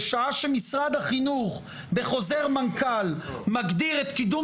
בשעה שמשרד החינוך בחוזר מנכ"ל מגדיר את קידום